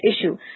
issue